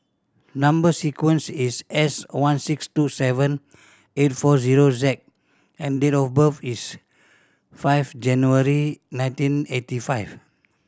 number sequence is S one six two seven eight four zero Z and date of birth is five January nineteen eighty five